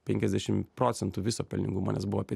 penkiasdešim procentų viso pelningumo nes buvo apie